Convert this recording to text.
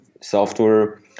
software